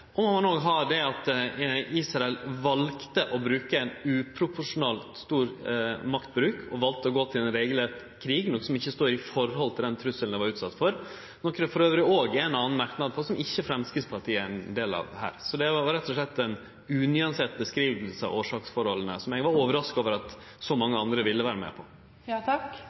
Så må ein òg ha med det at Israel valde ein uproporsjonalt stor maktbruk – valde å gå til ein regelrett krig, noko som ikkje står i forhold til den trusselen dei var utsette for. Det er det ein annan merknad om her, som ikkje Framstegspartiet er ein del av. Dette var rett og slett ei unyansert framstilling av årsaksforholda, som eg var overraska over at mange andre ville vere med